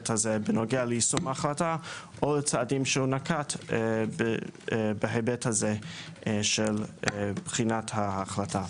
הזה בנוגע ליישום ההחלטה או צעדים שהוא נקט בהיבט הזה של בחינת ההחלטה.